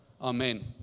Amen